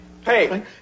Hey